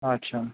अच्छा